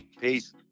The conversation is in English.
Peace